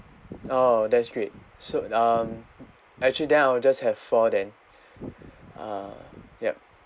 oh that's great so um actually then I'll just have four then ah yup